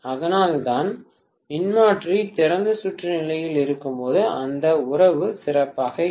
அதனால்தான் மின்மாற்றி திறந்த சுற்று நிலையில் இருக்கும்போது அந்த உறவு சிறப்பாக இல்லை